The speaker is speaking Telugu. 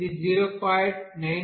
ఇది 0